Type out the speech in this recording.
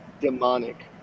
demonic